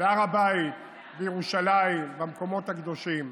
בהר הבית, בירושלים, במקומות הקדושים.